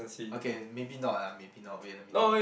okay maybe not ah maybe not wait let me think